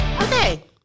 Okay